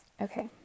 Okay